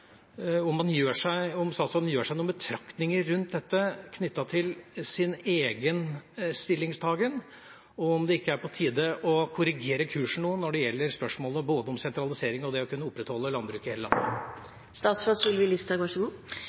Gjør statsråden seg noen betraktninger rundt dette knyttet til sin egen stillingtaken, og er det ikke på tide å korrigere kursen når det gjelder spørsmålet både om sentralisering og det å kunne opprettholde landbruk i hele landet?